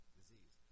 disease